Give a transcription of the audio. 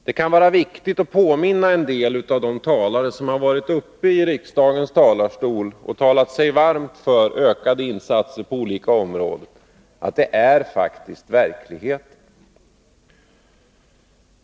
Det kan vara viktigt att påminna en del av dem som varit uppe i riksdagens talarstol och talat sig varma för insatser på olika områden att det är faktiskt verkligheten.